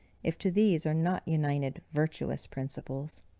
if to these are not united virtuous principles.